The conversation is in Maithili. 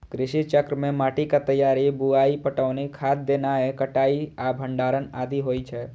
कृषि चक्र मे माटिक तैयारी, बुआई, पटौनी, खाद देनाय, कटाइ आ भंडारण आदि होइ छै